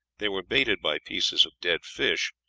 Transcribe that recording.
they were baited by pieces of dead fish,